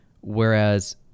Whereas